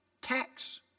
tax